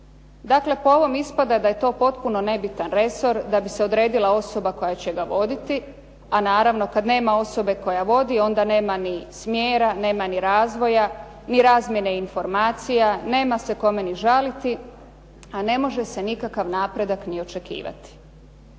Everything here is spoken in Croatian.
Dakle po ovom ispada da je to potpuno nebitan resor, da bi se odredila osoba koja će ga voditi, a naravno kad nema osobe koja vodi, onda nema ni smjera, nema ni razvoja, ni razmjene informacija, nema se kome ni žaliti, a ne može se nikakav napredak ni očekivati.